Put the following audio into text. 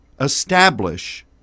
establish